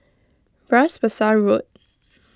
Bras Basah Road